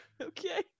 Okay